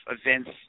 events